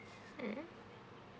mm